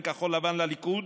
בין כחול לבן לליכוד,